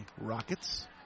Rockets